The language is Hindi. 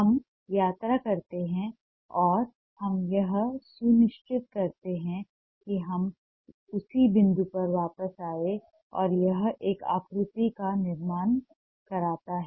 हम यात्रा करते हैं और हम यह सुनिश्चित करते हैं कि हम उसी बिंदु पर वापस आएं और यह एक आकृति का निर्माण करता है